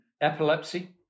epilepsy